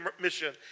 mission